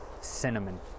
Cinnamon